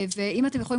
אם אתם יכולים,